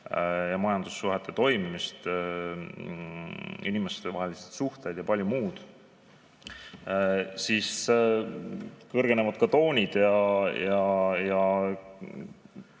majandussuhete toimimist, inimestevahelisi suhteid ja palju muud, siis kõrgenevad toonid ja